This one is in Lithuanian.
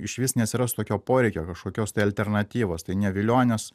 išvis neatsirastų tokio poreikio kažkokios tai alternatyvos tai ne vilionės